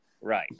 Right